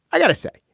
i got to say,